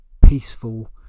peaceful